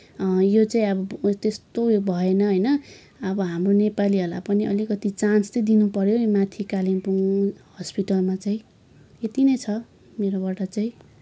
यो चाहिँ अब त्यस्तो उयो भएन होइन अब हाम्रो नेपालीहरूलाई पनि अलिकति चान्स चाहिँ दिनु पऱ्यो नि माथि कालिम्पोङ हस्पिटलमा चाहिँ यति नै छ मेरोबाट चाहिँ